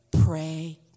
pray